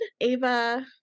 Ava